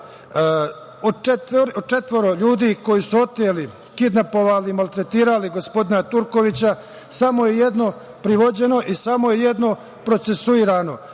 četvoro ljudi koji su oteli, kidnapovali, maltretirali gospodina Turkovića samo je jedno privođeno i samo je jedno procesuirano,